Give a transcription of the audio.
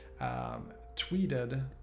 tweeted